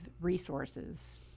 resources